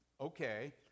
okay